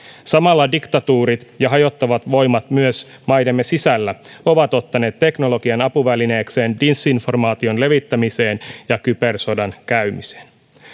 samalla diktatuurit ja hajottavat voimat myös maidemme sisällä ovat ottaneet teknologian apuvälineekseen disinformaation levittämisessä ja kybersodan käymisessä